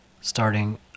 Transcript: starting